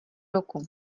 roku